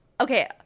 Okay